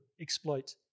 exploit